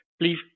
Please